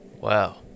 Wow